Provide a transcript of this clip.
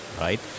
right